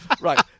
Right